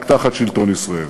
רק תחת שלטון ישראל.